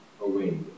away